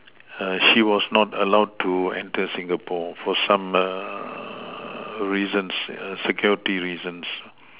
her she was not allowed to enter Singapore for some err reasons err security reasons